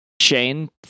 Shane